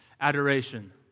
adoration